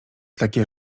takie